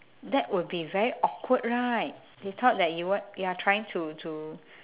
that would be very awkward right they thought that you what you are trying to to